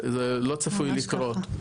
זה לא צפוי לקרות,